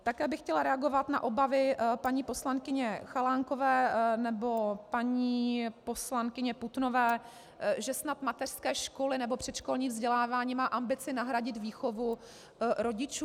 Také bych chtěla reagovat na obavy paní poslankyně Chalánkové nebo paní poslankyně Putnové, že snad mateřské školy nebo předškolní vzdělávání má ambici nahradit výchovu rodičů.